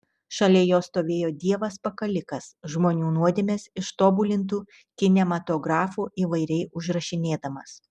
šalia jo stovėjo dievas pakalikas žmonių nuodėmes ištobulintu kinematografu įvairiai užrašinėdamas